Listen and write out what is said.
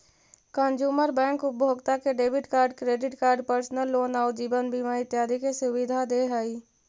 consumer bank उपभोक्ता के debit card, credit card, personal loan आउ जीवन बीमा इत्यादि के सुविधा दे हइ